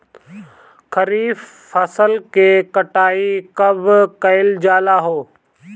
खरिफ फासल के कटाई कब कइल जाला हो?